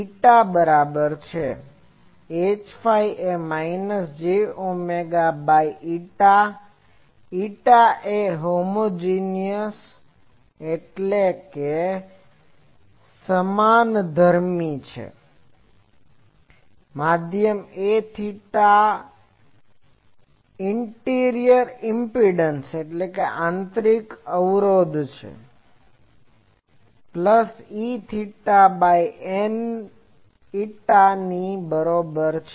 Hφ એ minus j omega by η η એ homogeneous સમાનધર્મીhomogeneous માધ્યમ Aθ ની ઈન્ટરીસરિક ઈમ્પીડંસ આંતરિક અવરોધ Intrinsic impedance plus Eθ by η ની બરાબર છે